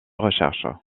recherches